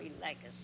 legacy